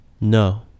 No